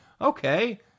Okay